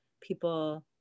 people